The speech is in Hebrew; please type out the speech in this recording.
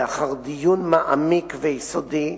לאחר דיון מעמיק ויסודי,